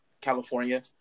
California